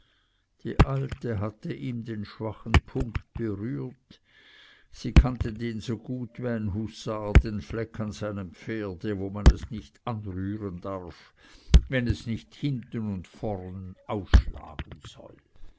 die alte hatte ihm den schwachen punkt berührt sie kannte den so gut wie ein husar den fleck an seinem pferde wo man es nicht anrühren darf wenn es nicht hinten und vornen ausschlagen soll